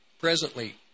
presently